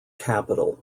capital